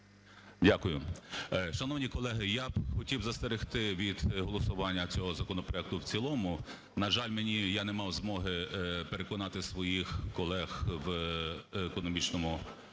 Дякую. Шановні колеги, я б хотів застерегти від голосування цього законопроекту в цілому. На жаль, я не мав змоги переконати своїх колег в економічному